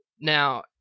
now